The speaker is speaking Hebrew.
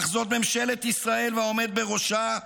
אך ממשלת ישראל והעומד בראשה,